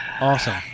Awesome